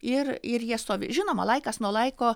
ir ir jie stovi žinoma laikas nuo laiko